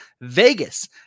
Vegas